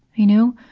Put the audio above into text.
you know,